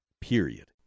period